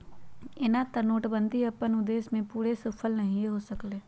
एना तऽ नोटबन्दि अप्पन उद्देश्य में पूरे सूफल नहीए हो सकलै